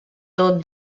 tot